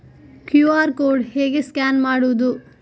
QR code ಹೇಗೆ scan ಮಾಡುವುದು?